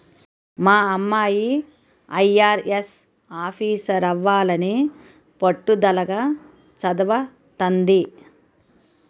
మా అమ్మాయి ఐ.ఆర్.ఎస్ ఆఫీసరవ్వాలని పట్టుదలగా చదవతంది